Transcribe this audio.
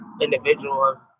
individual